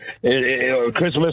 Christmas